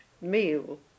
meal